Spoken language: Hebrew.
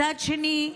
מצד שני,